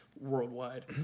worldwide